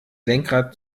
lenkrad